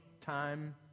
time